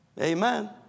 Amen